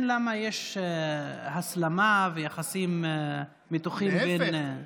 למה שיש הסלמה ויחסים מתוחים בין, להפך.